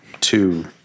two